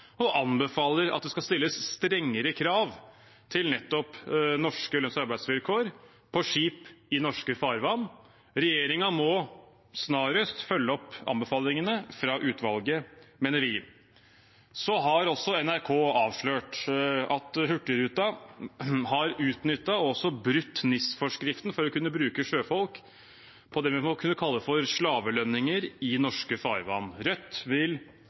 anbefaler at det skal stilles strengere krav til nettopp norske lønns- og arbeidsvilkår på skip i norske farvann. Regjeringen må snarest følge opp anbefalingene fra utvalget, mener vi. Så har NRK avslørt at Hurtigruten har utnyttet og også brutt NIS-forskriften for å kunne bruke sjøfolk på det vi må kunne kalle for slavelønninger i norske farvann. Rødt